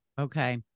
Okay